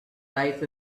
life